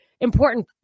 important